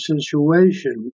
situation